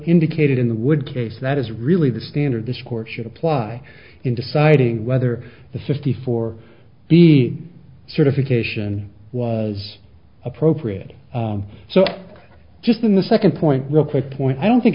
indicated in the wood case that is really the standard this court should apply in deciding whether the sixty four d d certification was appropriate so just in the second point real quick point i don't think